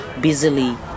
busily